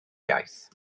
iaith